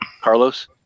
Carlos